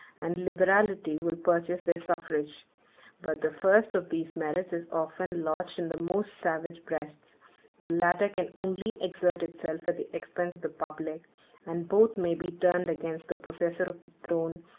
and liberality will purchase their suffrage but the first of these merits is often lodged in the most savage breasts the latter can only exert itself at the expense of the public and both may be turned against the possessor of the throne,